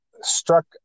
struck